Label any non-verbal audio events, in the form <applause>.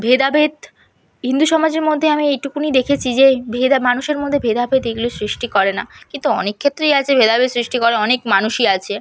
ভেদাভেদ হিন্দু সমাজের মধ্যে আমি এইটুকুনি দেখেছি যে ভেদা <unintelligible> মানুষের মধ্যে ভেদাভেদ এগুলো সৃষ্টি করে না কিন্তু অনেক ক্ষেত্রেই আছে ভেদাভেদ সৃষ্টি করে অনেক মানুষই আছে